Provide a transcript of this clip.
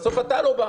ובסוף אתה לא בא.